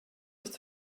nicht